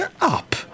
up